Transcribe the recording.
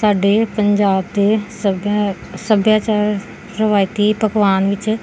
ਸਾਡੇ ਪੰਜਾਬ ਦੇ ਸਭਿਆ ਸੱਭਿਆਚਾਰ ਰਵਾਇਤੀ ਪਕਵਾਨ ਵਿੱਚ